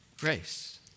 Grace